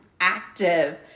active